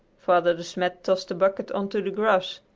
father de smet tossed a bucket on to the grass.